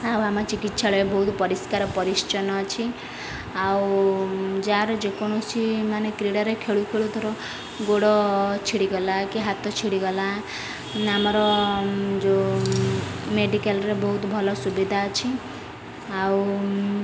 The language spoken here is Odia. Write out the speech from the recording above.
ଆଉ ଆମ ଚିକିତ୍ସାଳୟ ବହୁତ ପରିଷ୍କାର ପରିଚ୍ଛନ୍ନ ଅଛି ଆଉ ଯାହାର ଯେକୌଣସି ମାନେ କ୍ରୀଡ଼ାରେ ଖେଳୁ ଖେଳୁ ଧର ଗୋଡ଼ ଛିଡ଼ିଗଲା କି ହାତ ଛିଡ଼ିଗଲା ଆମର ଯେଉଁ ମେଡ଼ିକାଲ୍ରେ ବହୁତ ଭଲ ସୁବିଧା ଅଛି ଆଉ